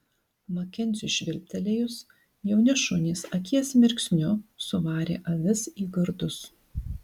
makenziui švilptelėjus jauni šunys akies mirksniu suvarė avis į gardus